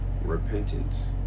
repentance